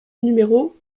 numéro